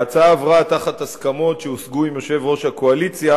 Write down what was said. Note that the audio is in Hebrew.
ההצעה עברה תחת הסכמות שהושגו עם יושב-ראש הקואליציה,